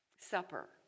supper